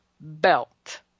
Belt